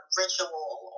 ritual